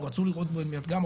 או רצו לראות בו את מייצגם,